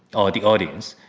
or the audience.